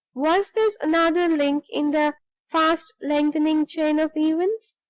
was this another link in the fast-lengthening chain of events?